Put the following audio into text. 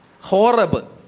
Horrible